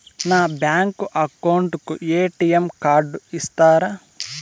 నా bank account కు ATM card ఇస్తారా